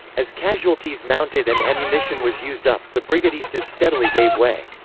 as casualties mounted and ammunition was used up, the brigadistas steadily gave way.